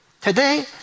today